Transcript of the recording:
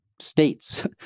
states